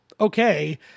okay